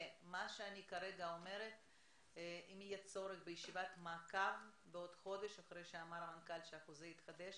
אם יהיה צורך בישיבת מעקב בעוד חודש אחרי שהמנכ"ל אמר שהחוזה יתחדש